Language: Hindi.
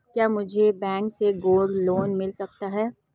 क्या मुझे बैंक से गोल्ड लोंन मिल सकता है?